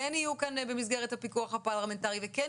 כן יהיו כאן במסגרת הפיקוח הפרלמנטרי וכן